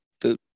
food